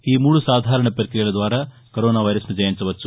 ఈ మూడు సాధారణ పక్రియల ద్వారా కరోనా వైరస్ను జయించవచ్చు